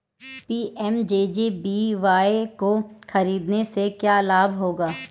PMJJBY को खरीदने से क्या लाभ होगा?